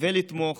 ולתמוך